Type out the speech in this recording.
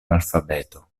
alfabeto